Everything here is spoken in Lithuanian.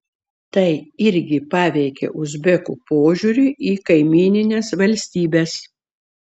tai irgi paveikė uzbekų požiūrį į kaimynines valstybes